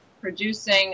producing